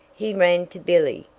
he ran to billy,